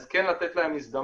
אז כן לתת להם הזדמנות.